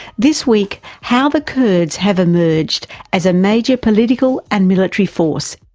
this week, how the kurds have emerged as a major political and military force.